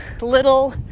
little